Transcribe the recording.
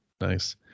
nice